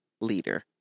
leader